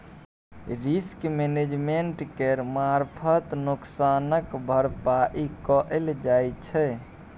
risk management केर मारफत नोकसानक भरपाइ कएल जाइ छै